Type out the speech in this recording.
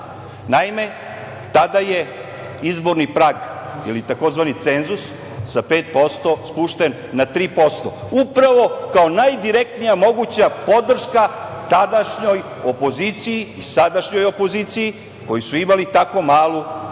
Naime, tada je izborni prag ili takozvani cenzus sa 5% spušten na 3%, upravo kao najdirektnija moguća podrška tadašnjoj opoziciji, sadašnjoj opoziciji koji su imali tako malo uporište